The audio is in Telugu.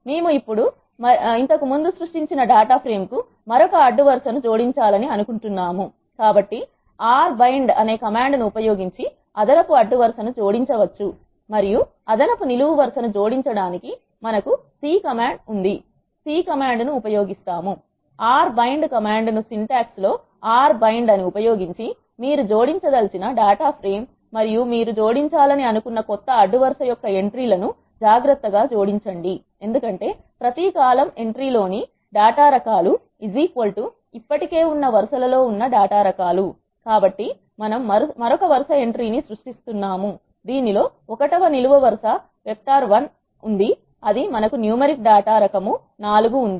మేము ఇప్పుడు మరియు ఇంతకుముందు సృష్టించిన డేటా ప్రేమ్ కు మరొక అడ్డు వరుస ను జోడించాలని అనుకుంటున్నాము కాబట్టి మనము r bind కమాండ్ ఉపయోగించి అదనపు అడ్డు వరుస ను జోడించవచ్చు మరియు అదనపు నిలువు వరుస ను జోడించడానికి మనము c కమాండ్ ఉపయోగిస్తాము R r bind bind command command ను సింటాక్స్ లో r bind అని ఉపయోగించి మీరు జోడించదలచిన డేటా ప్రేమ్ మరియు మీరు జోడించాలని అనుకున్న కొత్త అడ్డు వరుస యొక్క ఎంట్రీ లను జాగ్రత్తగా జోడించండి ఎందుకంటే ప్రతీ కాలం ఎంట్రీ లోని డేటా రకాలు ఇప్పటికే ఉన్న వరసలలో ఉన్న డేటా రకాలు కాబట్టి మనం మరొక వరుస ఎంట్రీ ని సృష్టిస్తున్నాము దీనిలో 1 వ నిలువ వరుస vec1 ఉంది అది మనకు న్యూమరిక్ డేటా రకము 4 ఉంది